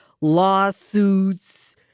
lawsuits